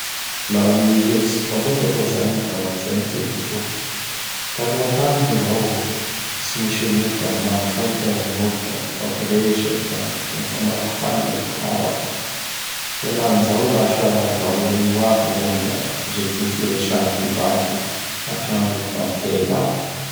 Laha gny hevitsiko manoka aloha izagny da zay gny tena soa. Taloha tagny moa izao tsy nisy anio da milamy soa gny fiaignan'olo. Da mifampiresaky; da mifamangivangy gny mpihava. Henany zao lasa varia amin'io aby gny olo da ndreky gny firesahan'ny mpivady atragno fa mihena aby.